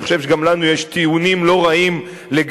אני חושב שגם לנו יש טיעונים לא רעים לגבי